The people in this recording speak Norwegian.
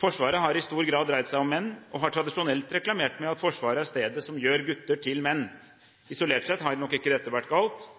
Forsvaret har i stor grad dreid seg om menn og har tradisjonelt reklamert med at Forsvaret er stedet som gjør gutter til menn. Isolert sett har nok ikke dette vært galt.